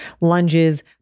lunges